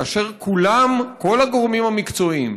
כאשר כולם כל הגורמים המקצועיים,